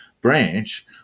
branch